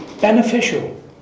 beneficial